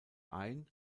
ein